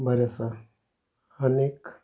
बरें आसा आनीक